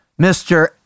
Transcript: Mr